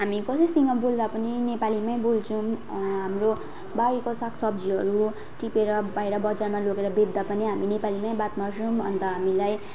हामी कसैसँग बोल्दा पनि नेपालीमै बोल्छौँ हाम्रो बारीको साग सब्जीहरू टिपेर बाहिर बजारमा लगेर बेच्दा पनि हामी नेपालीमै बात मार्छौँ अन्त हामीलाई